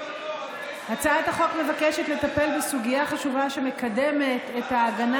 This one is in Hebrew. הצעת החוק מבקשת לטפל בסוגיה חשובה שמקדמת את ההגנה